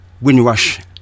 Windrush